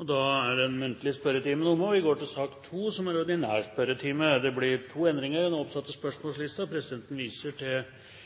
Dermed er den muntlige spørretimen omme. Det blir to endringer i den oppsatte spørsmålslisten. Presidenten viser til den oversikten som er omdelt på representantenes plasser i salen. De foreslåtte endringene i den